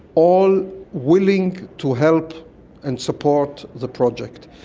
all willing to help and support the project.